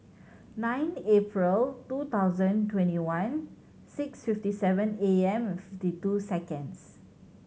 nine April two thousand twenty one six fifty seven A M fifty two seconds